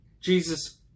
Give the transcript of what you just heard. Jesus